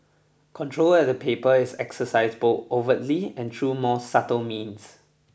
control at the paper is exercised both overtly and through more subtle means